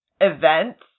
events